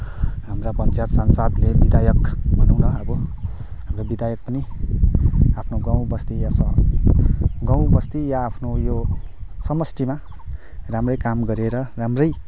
हाम्रा पञ्चायत सांसदले या विधायक भनौँ न अब हाम्रो विधायक पनि आफ्नो गाउँ बस्ती या सहर गाउँ बस्ती या आफ्नो उयो समष्टिमा राम्रै काम गरेर राम्रै